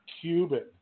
Cuban